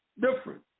different